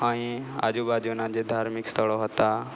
અહીં આજુબાજુના જે ધાર્મિક સ્થળો હતાં